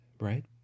right